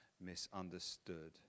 misunderstood